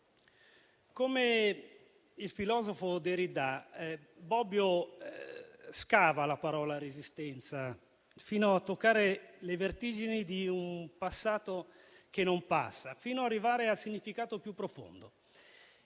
Come il filosofo Derrida, Bobbio scava la parola Resistenza fino a toccare le vertigini di un passato che non passa, fino ad arrivare al significato più profondo,